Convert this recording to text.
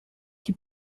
qui